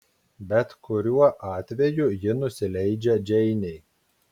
bet kuriuo atveju ji nusileidžia džeinei